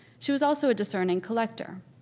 she was also a discerning collector.